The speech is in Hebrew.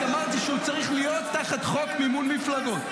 רק אמרתי שהוא צריך להיות תחת חוק מימון מפלגות.